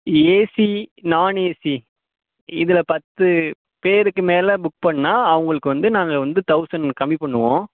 AC non AC இதில் பத்து பேருக்கு மேலே புக் பண்ணா அவங்களுக்கு வந்து நாங்கள் வந்து தௌசண்ட் கம்மி பண்ணுவோம்